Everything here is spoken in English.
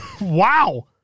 wow